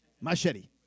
Machete